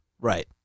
Right